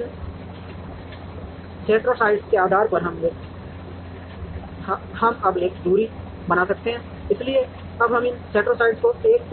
तो अब इन सेंट्रोइड्स के आधार पर हम अब एक दूरी बना सकते हैं इसलिए अब हम इन सेंट्रोइड्स को 1